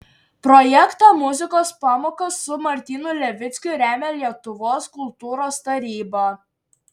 projektą muzikos pamoka su martynu levickiu remia lietuvos kultūros taryba